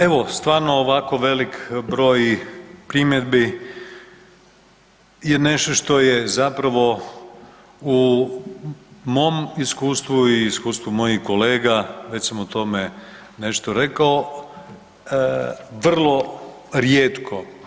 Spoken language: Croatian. Evo stvarno ovako velik broj primjedbi je nešto što je zapravo u mom iskustvu i iskustvu mojih kolega, već sam o tome nešto rekao, vrlo rijetko.